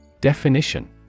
Definition